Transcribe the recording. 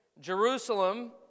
Jerusalem